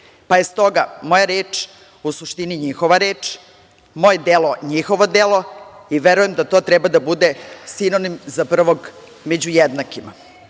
pa je stoga moja reč u suštini njihova reč, moje delo njihovo delo i verujem da to treba da bude sinonim za prvog među